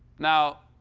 now,